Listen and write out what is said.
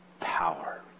power